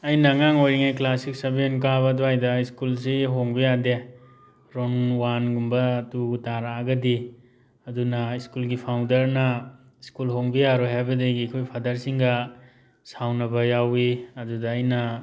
ꯑꯩꯅ ꯑꯉꯥꯡ ꯑꯣꯏꯔꯤꯉꯩ ꯀ꯭ꯂꯥꯁ ꯁꯤꯛꯁ ꯁꯚꯦꯟ ꯀꯥꯕ ꯑꯗꯨꯋꯥꯏꯗ ꯁ꯭ꯀꯨꯜꯁꯤ ꯍꯣꯡꯕ ꯌꯥꯗꯦ ꯔꯣꯜ ꯋꯥꯟꯒꯨꯝꯕ ꯇꯨ ꯇꯥꯔꯛꯑꯒꯗꯤ ꯑꯗꯨꯅ ꯁ꯭ꯀꯨꯜꯒꯤ ꯐꯥꯎꯟꯗꯔꯅ ꯁ꯭ꯀꯨꯜ ꯍꯣꯡꯕ ꯌꯥꯔꯣꯏ ꯍꯥꯏꯕꯗꯒꯤ ꯑꯩꯈꯣꯏ ꯐꯥꯗꯔꯁꯤꯡꯒ ꯁꯥꯎꯅꯕ ꯌꯥꯎꯋꯤ ꯑꯗꯨꯗ ꯑꯩꯅ